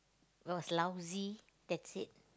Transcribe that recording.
was lousy that's it